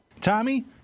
Tommy